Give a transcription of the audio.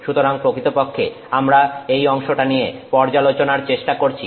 সুতরাং প্রকৃতপক্ষে আমরা এই অংশটা নিয়ে পর্যালোচনার চেষ্টা করছি